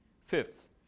Fifth